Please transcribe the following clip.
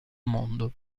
mondo